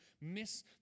miss